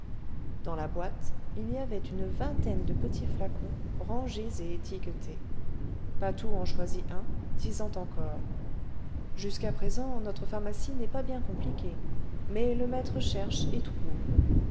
dans la boite il y avait une vingtaine de petits flacons rangés et étiquetés patou en choisit un disant encore jusqu'à présent notre pharmacie n'est pas bien compliquée mais le maître cherche et trouve